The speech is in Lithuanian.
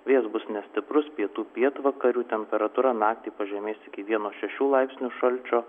vėjas bus nestiprus pietų pietvakarių temperatūra naktį pažemės iki vieno šešių laipsnių šalčio